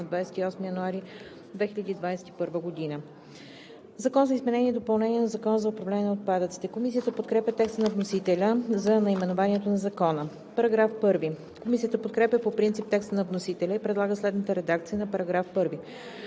на 28 януари 2021 г. „Закон за изменение и допълнение на Закона за управление на отпадъците“.“ Комисията подкрепя текста на вносителя за наименованието на Закона. Комисията подкрепя по принцип текста на вносителя и предлага следната редакция на § 1: „§ 1.